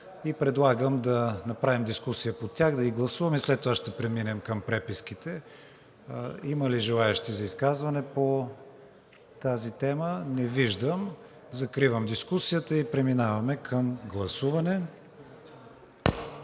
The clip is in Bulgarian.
Предлагам да направим дискусия по тях, да ги гласуваме и след това ще преминем към преписките. Има ли желаещи за изказване по тази тема? Не виждам. Закривам дискусията. Заповядайте, господин